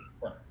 right